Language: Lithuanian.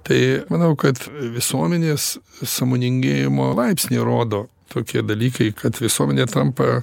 tai manau kad visuomenės sąmoningėjimo laipsnį rodo tokie dalykai kad visuomenė tampa